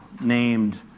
named